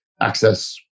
access